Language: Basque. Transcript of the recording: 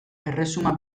erresuma